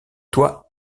toi